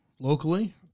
locally